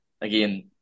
again